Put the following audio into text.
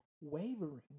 wavering